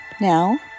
Now